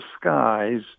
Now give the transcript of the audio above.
skies